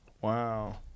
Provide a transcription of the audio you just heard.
Wow